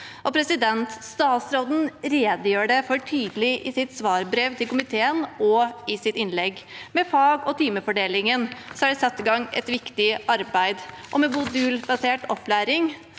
statsråden redegjorde tydelig for i sitt svarbrev til komiteen og i sitt innlegg. Med fag- og timefordelingen er det satt i gang et viktig arbeid, og modulbasert opplæring